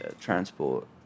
Transport